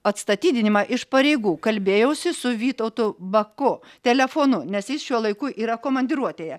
atstatydinimą iš pareigų kalbėjausi su vytautu baku telefonu nes jis šiuo laiku yra komandiruotėje